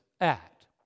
act